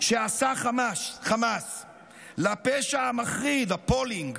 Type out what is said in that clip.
שעשה חמאס, לפשע המחריד, appalling,